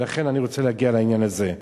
ולכן, אני רוצה להגיע לעניין הזה: